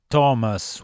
Thomas